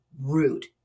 rude